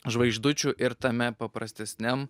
žvaigždučių ir tame paprastesniam